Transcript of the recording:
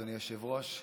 אדוני היושב-ראש,